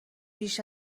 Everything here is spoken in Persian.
بیش